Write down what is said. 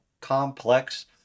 complex